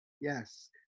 Yes